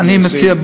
אני מציע,